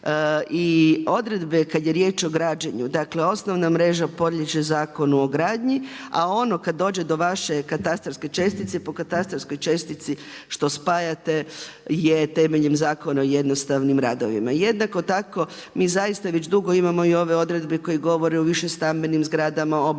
i odredbe kada je riječ o građenju dakle osnovna mreže podliježe Zakonu o gradnji, a ono kada dođe do vaše katastarske čestice po katastarskoj čestiti što spajate je temeljem Zakona o jednostavnim radovima. Jednako tako mi zaista već dugo imamo i ove odredbe koje govore o više stambenim zgradama, … koji